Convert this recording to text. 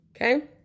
Okay